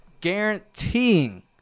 guaranteeing